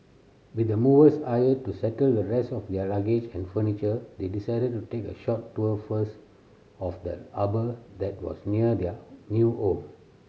with the movers hired to settle the rest of their luggage and furniture they decided to take a short tour first of the harbour that was near their new home